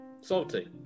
salty